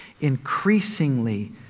increasingly